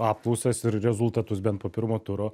apklausas ir rezultatus bent po pirmo turo